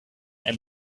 and